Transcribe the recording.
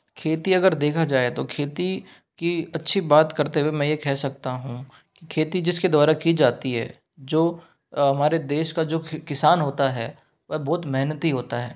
खेती अगर देखा जाए तो खेती की अच्छी बात करते हुए मैं ये कह सकता हूँ कि खेती जिसके द्वारा की जाती है जो हमारे देश का जो किसान होता है वह बहुत मेहनती होता है